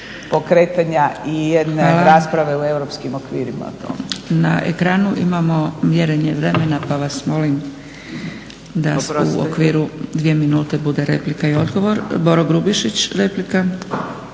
o tome. **Zgrebec, Dragica (SDP)** Hvala. Na ekranu imamo mjerenje vremena pa vas molim da se u okviru dvije minute bude replika i odgovor. Boro Grubišić replika.